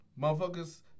Motherfuckers